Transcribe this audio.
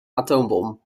atoombom